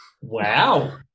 Wow